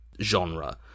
genre